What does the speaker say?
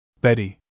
Betty